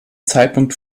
zeitpunkt